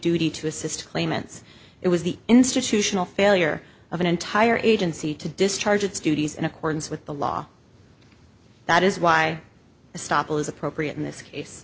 duty to assist claimants it was the institutional failure of an entire agency to discharge its duties in accordance with the law that is why the stop is appropriate in this case